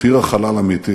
הותירו חלל אמיתי.